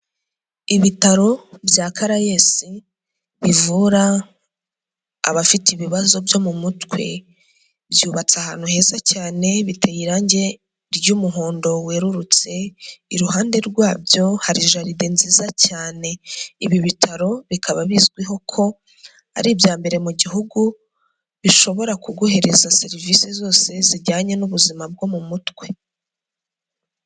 Ibitaro bya karayesi bivura abafite ibibazo byo mu mutwe byubatse ahantu heza cyane biteye irangi ry'umuhondo werurutse iruhande rwabyo hari jaride nziza cyane ibi bitaro bikaba bizwiho ko ari ibya mbere mu gihugu bishobora kuguhereza serivisi zose zijyanye n'ubuzima bwo mu mutwe.